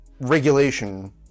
regulation